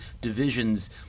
divisions